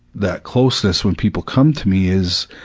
that closeness when people come to me is.